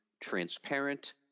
transparent